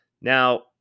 Now